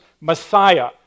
messiah